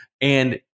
And-